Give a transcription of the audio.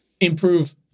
improve